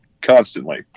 constantly